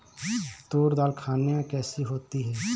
तूर दाल खाने में कैसी होती है?